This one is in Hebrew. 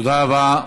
תודה רבה.